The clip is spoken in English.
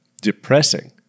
depressing